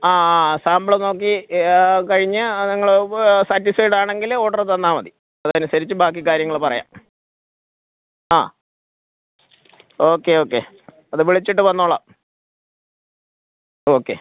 ആ ആ സാമ്പിൾ നോക്കി കഴിഞ്ഞ് നിങ്ങൾ സാറ്റിസ്ഫൈഡാണെങ്കിൽ ഓഡര് തന്നാൽ മതി അതനുസരിച്ച് ബാക്കി കാര്യങ്ങൾ പറയാം ആ ഓക്കെ ഓക്കെ അതു വിളിച്ചിട്ട് വന്നോളാം ഓക്കെ